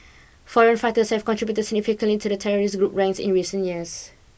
foreign fighters have contributed significantly to the terrorist group's ranks in recent years